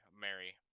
Mary